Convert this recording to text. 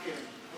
גם כן.